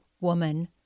woman